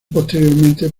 posteriormente